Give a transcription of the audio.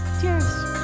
Cheers